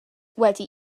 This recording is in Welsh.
wedi